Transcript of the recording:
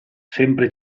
sempre